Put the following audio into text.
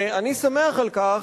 ואני שמח על כך,